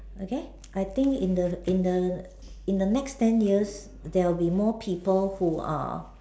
okay I think in the in the in the next ten years there will be more people who are